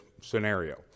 scenario